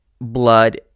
blood